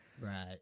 Right